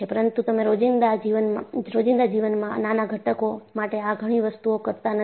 પરંતુ તમે રોજિંદાજીવનમાં નાના ઘટકો માટે આ બધી વસ્તુ કરતા નથી